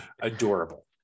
Adorable